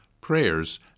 prayers